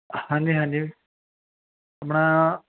ਹਾਂਜੀ ਹਾਂਜੀ ਆਪਣਾ